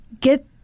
get